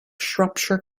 shropshire